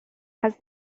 asked